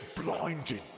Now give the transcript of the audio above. blinded